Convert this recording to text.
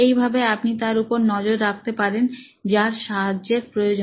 এই ভাবে আমি তার উপর নজর রাখতে পারেন যার সাহায্যের প্রয়োজন